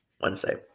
Wednesday